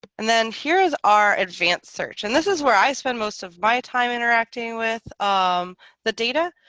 and then here is our advanced search and this is where i spend most of my time interacting with um the data